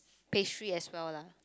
pastry as well lah